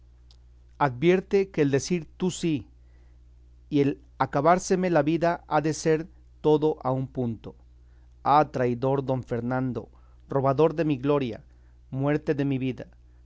advierte que el decir tú sí y el acabárseme la vida ha de ser todo a un punto ah traidor don fernando robador de mi gloria muerte de mi vida